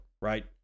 right